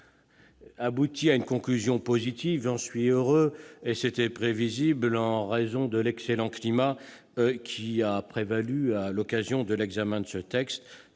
abouti à une conclusion positive. J'en suis heureux. C'était prévisible en raison de l'excellent climat qui a prévalu à l'occasion de l'examen de ce texte,